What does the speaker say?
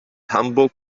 hamburg